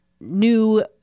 new